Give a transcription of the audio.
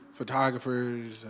Photographers